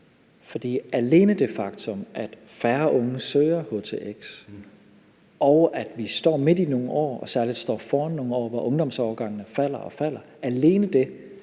For alene det faktum, at færre unge søger htx, og at vi står midt i nogle år og står foran nogle år, hvor ungdomsårgangene falder og falder, vil betyde,